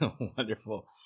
Wonderful